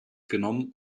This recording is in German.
genommen